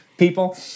People